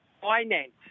finance